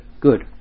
Good